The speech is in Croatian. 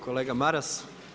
Kolega Maras.